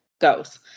goes